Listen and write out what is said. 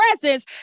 presence